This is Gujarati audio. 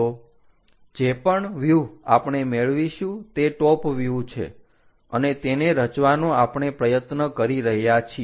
તો જે પણ વ્યુહ આપણે મેળવીશું તે ટોપ વ્યુહ છે અને તેને રચવાનો આપણે પ્રયત્ન કરી રહ્યા છીએ